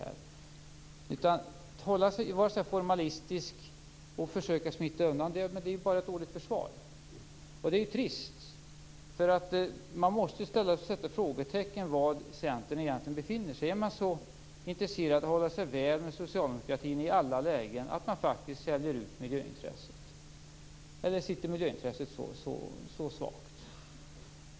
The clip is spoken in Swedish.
Att vara så här formalistisk och försöka smita undan är bara ett dåligt försvar. Det är trist. Man måste sätta frågetecken för var Centern egentligen befinner sig. Är partiet så intresserat av att hålla sig väl med socialdemokratin i alla lägen att det faktiskt säljer ut miljöintresset? Sitter miljöintresset så löst?